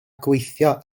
gweithio